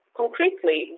concretely